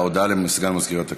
הודעה לסגן מזכירת הכנסת.